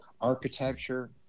architecture